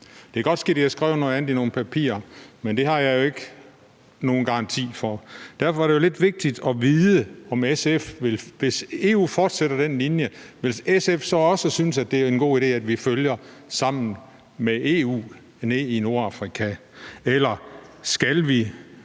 Det kan godt ske, at de har skrevet noget andet i nogle papirer, men det har jeg jo ikke nogen garanti for. Derfor er det jo lidt vigtigt at vide, om SF, hvis EU fortsætter den linje, så også vil synes, at det er en god idé, at vi følger sammen med EU nede i Nordafrika? Eller skal vi